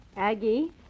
Aggie